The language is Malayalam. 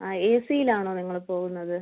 ആ ഏസീയിലാണൊ നിങ്ങള് പോകുന്നത്